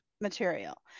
material